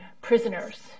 prisoners